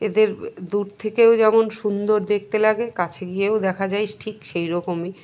এদের দূর থেকেও যেমন সুন্দর দেখতে লাগে কাছে গিয়েও দেখা যায় ঠিক সেই রকমই